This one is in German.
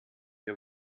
ihr